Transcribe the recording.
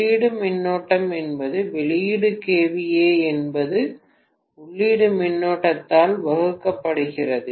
உள்ளீட்டு மின்னோட்டம் என்பது வெளியீட்டு kVA என்பது உள்ளீட்டு மின்னழுத்தத்தால் வகுக்கப்படுகிறது